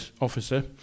officer